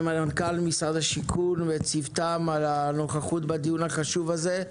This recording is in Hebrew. ולמנכ"ל משרד השיכון וצוותם על הנוכחות בדיון החשוב הזה.